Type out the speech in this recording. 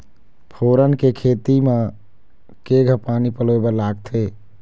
फोरन के खेती म केघा पानी पलोए बर लागथे?